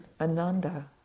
Ananda